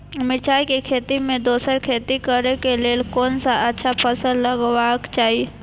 मिरचाई के खेती मे दोसर खेती करे क लेल कोन अच्छा फसल लगवाक चाहिँ?